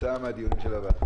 כתוצאה מהדיונים של הוועדה.